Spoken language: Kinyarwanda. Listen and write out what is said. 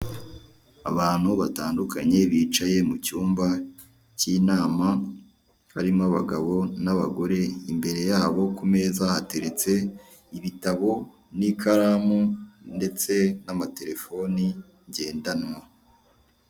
Abantu batandukanye bicaye mucyumba cy'inama, barimo abagabo n'abagore imbere ya bo kumeza hateretse ibitabo n'ikaramu, ndetse n'amatelefoni ngendanwa.